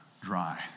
dry